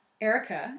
Erica